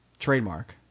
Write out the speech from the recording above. Trademark